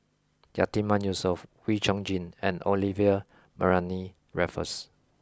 Yatiman Yusof Wee Chong Jin and Olivia Mariamne Raffles